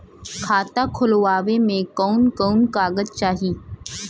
खाता खोलवावे में कवन कवन कागज चाही?